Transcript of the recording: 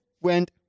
went